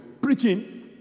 preaching